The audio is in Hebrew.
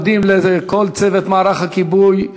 מודים לכל צוות מערך הכיבוי,